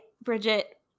Bridget